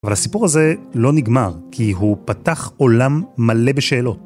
אבל הסיפור הזה לא נגמר, כי הוא פתח עולם מלא בשאלות.